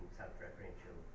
self-referential